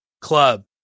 club